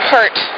Hurt